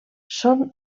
són